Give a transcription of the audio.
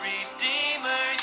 Redeemer